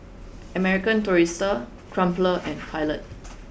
American Tourister Crumpler and Pilot